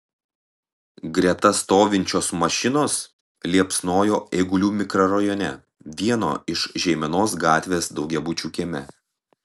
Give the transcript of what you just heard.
greta stovinčios mašinos liepsnojo eigulių mikrorajone vieno iš žeimenos gatvės daugiabučio kieme